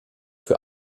für